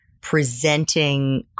presenting